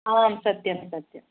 आम् सत्यं सत्यं